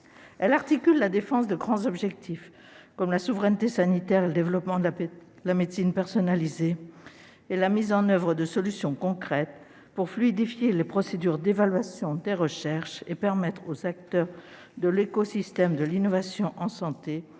texte articule la défense de grands objectifs, comme la souveraineté sanitaire et le développement de la médecine personnalisée, avec la mise en oeuvre de solutions concrètes pour fluidifier les procédures d'évaluation des recherches et permettre aux acteurs de l'écosystème de l'innovation en santé